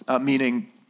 meaning